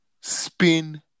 spin